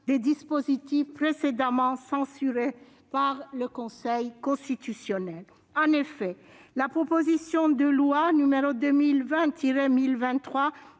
des dispositions précédemment censurées par le Conseil constitutionnel. En effet, la loi n° 2020-1023